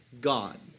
God